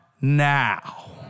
Now